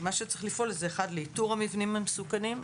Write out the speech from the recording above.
צריך לפעול לאיתור המבנים המסוכנים,